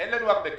אין לנו הרבה כאלה.